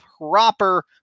proper